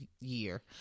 year